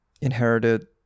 inherited